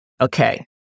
Okay